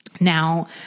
Now